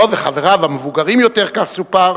דב וחבריו, המבוגרים יותר, כך סופר,